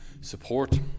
support